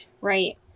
Right